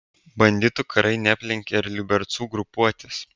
banditų karai neaplenkė ir liubercų grupuotės